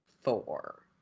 four